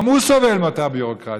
גם הוא סובל מאותה ביורוקרטיה,